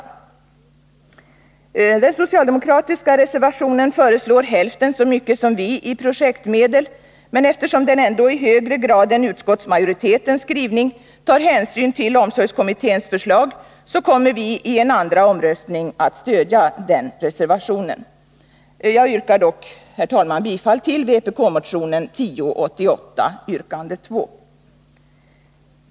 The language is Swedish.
I fråga om projektmedel föreslår socialdemokraterna i sin reservation hälften så mycket som vi, men eftersom socialdemokraterna ändå i högre grad än utskottsmajoriteten tar hänsyn till omsorgskommitténs förslag, kommer vi att i en andra omröstning stödja reservationen. Jag yrkar dock, herr talman, bifall till vpk-motionen 1088, yrkande 2 i här tillämplig del.